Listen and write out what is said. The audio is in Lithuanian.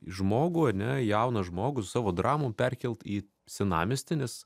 žmogų ane jauną žmogų su savo dramom perkelt į senamiestį nes